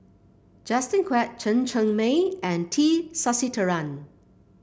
Justin Quek Chen Cheng Mei and T Sasitharan